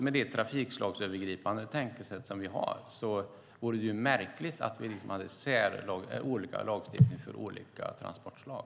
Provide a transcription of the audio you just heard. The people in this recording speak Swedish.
Med det trafikslagsövergripande tankesätt vi har vore det märkligt om vi hade olika lagstiftningar för olika transportslag.